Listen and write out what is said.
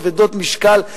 כבדות משקל,